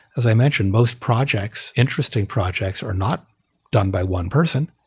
as i mentioned, most projects, interesting projects are not done by one person.